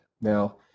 now